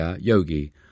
Yogi